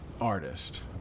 artist